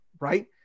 right